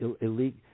elite